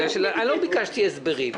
בגלל שאני לא ביקשתי הסברים.